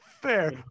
fair